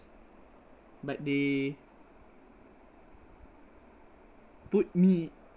but they put me